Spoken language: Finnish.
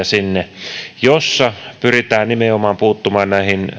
sinne ja jossa pyritään nimenomaan puuttumaan